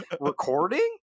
recording